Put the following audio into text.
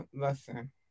Listen